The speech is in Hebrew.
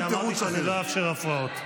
אני אמרתי שאני לא אאפשר הפרעות.